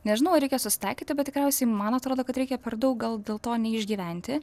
nežinau ar reikia susitaikyti bet tikriausiai man atrodo kad reikia per daug gal dėl to neišgyventi